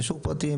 זה שוק פרטי.